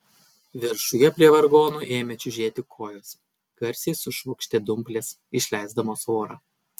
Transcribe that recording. viršuje prie vargonų ėmė čiužėti kojos garsiai sušvokštė dumplės išleisdamos orą